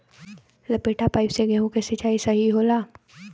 लपेटा पाइप से गेहूँ के सिचाई सही होला?